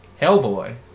Hellboy